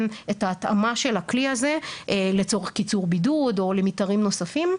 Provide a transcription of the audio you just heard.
את ההתאמה של הכלי הזה לצורך קיצור בידוד או למתארים נוספים.